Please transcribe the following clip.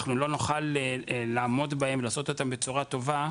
אנחנו לא נוכל לעמוד בהם ולעשות אותם בצורה טובה,